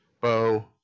Bo